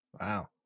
wow